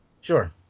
Sure